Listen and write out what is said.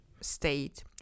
state